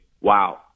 wow